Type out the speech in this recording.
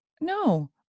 no